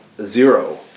zero